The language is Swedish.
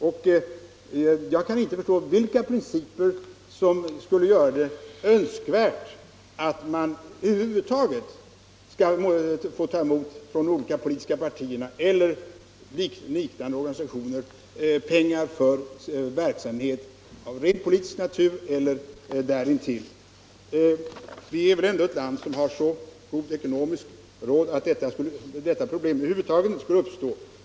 Och jag kan inte förstå vilka principer som skulle göra det önskvärt att de olika politiska partierna eller liknande organisationer skall få ta emot pengar för verksamhet av rent politisk natur eller där intill. Vi har det väl ändå så gott ställt ekonomiskt i vårt land att detta problem över huvud taget inte skulle behöva uppstå.